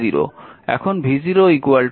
এখন v0 2 i1